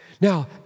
Now